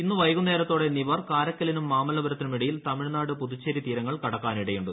ഇന്ന് വൈകുന്നേരത്തോടെ നിവർ കാരക്കലിനും മാമല്ലാപുരത്തിനും ഇടയിൽ തമിഴ്നാട് പുതുച്ചേരി തീരങ്ങൾ കടക്കാനിടയുണ്ട്